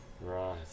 Right